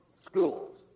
schools